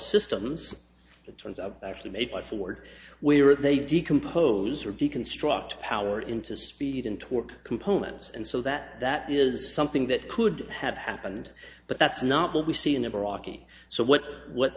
systems it turns out actually made by ford where they decompose or deconstruct power into speed and torque components and so that that is something that could have happened but that's not what we see in a rocky so what what